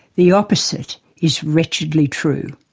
the opposite is wretchedly true.